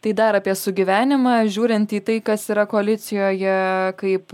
tai dar apie sugyvenimą žiūrint į tai kas yra koalicijoje kaip